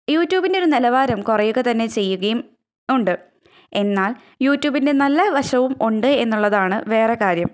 യൂറ്റൂബിൻ്റെ ഒരു നിലവാരം കുറയുക തന്നെ ചെയ്യുകയും ഉണ്ട് എന്നാല് യൂറ്റൂബിന്റെ നല്ല വശവും ഉണ്ട് എന്നുള്ളതാണ് വേറെ കാര്യം